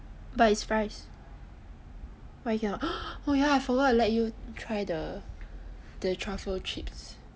but is fries why cannot oh ya I forgot to let you try the truffle chips